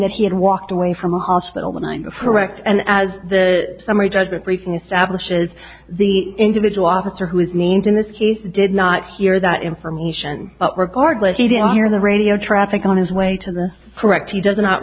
that he had walked away from a hospital the night before ect and as the summary judgment briefing establishes the individual officer who is named in this case did not hear that information but regardless he didn't hear the radio traffic on his way to the correct he does not